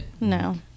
No